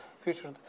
future